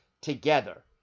together